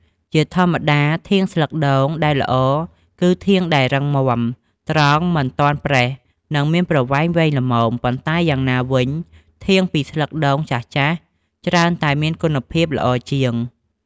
ជាធម្មតាធាងស្លឹកដូងដែលល្អគឺធាងដែលរឹងមាំ ត្រង់ មិនទាន់ប្រេះ និងមានប្រវែងវែងល្មម ប៉ុន្តែយ៉ាងណាវិញធាងពីស្លឹកដូងចាស់ៗច្រើនតែមានគុណភាពល្អជាង។